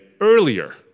earlier